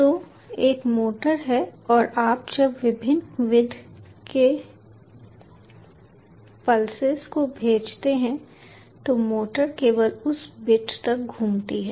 तो एक मोटर है और आप जब विभिन्न विथ के पल्सेस को भेजते हैं तो मोटर केवल उस बिट तक घूमती है